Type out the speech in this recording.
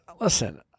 listen